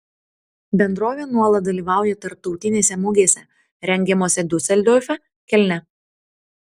bendrovė nuolat dalyvauja tarptautinėse mugėse rengiamose diuseldorfe kelne